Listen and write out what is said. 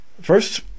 First